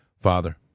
Father